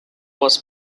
was